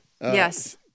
Yes